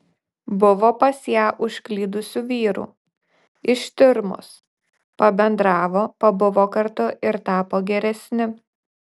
buvo pas ją užklydusių vyrų iš tiurmos pabendravo pabuvo kartu ir tapo geresni